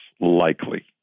likely